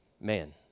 man